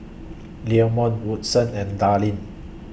Leamon Woodson and Darline